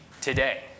today